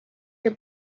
your